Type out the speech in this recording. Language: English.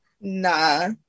Nah